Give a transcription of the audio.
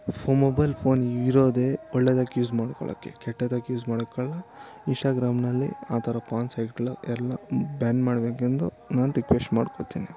ಫೋ mobile phone ಇರೋದೇ ಒಳ್ಳೇದಕ್ಕೆ use ಮಾಡ್ಕೊಳಕ್ಕೆ ಕೆಟ್ಟದಕ್ಕೆ ಯೂಸ್ ಮಾಡೊಕ್ಕಲ್ಲ ಇನ್ಷ್ಟಾಗ್ರಾಮ್ನಲ್ಲಿ ಆ ಥರ ಪೋರ್ನ್ ಸೈಟ್ಗಳು ಎಲ್ಲ ಬ್ಯಾನ್ ಮಾಡಬೇಕೆಂದು ನಾನು ರಿಕ್ವೆಶ್ಟ್ ಮಾಡ್ಕೊತೀನಿ